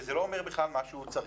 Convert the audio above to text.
שזה בכלל לא אומר שזה מה שהוא צריך.